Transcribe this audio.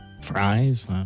Fries